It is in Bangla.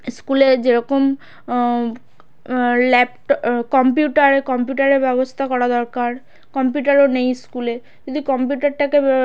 স্কুলে যেরকম ল্যাপটপ কম্পিউটার কম্পিউটারের ব্যবস্থা করা দরকার কম্পিউটারও নেই স্কুলে যদি কম্পিউটারটাকে